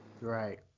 right